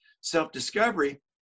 self-discovery